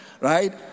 right